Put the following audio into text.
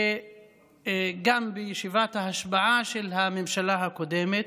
גם בישיבת ההשבעה של הממשלה הקודמת,